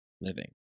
living